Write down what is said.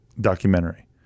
documentary